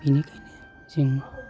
बिनिखायनो जों